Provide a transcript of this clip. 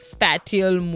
Spatial